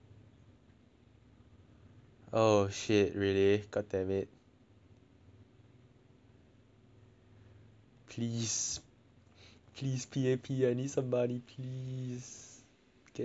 oh shit really god damnit please please P_A_P I need some money please getting desperate already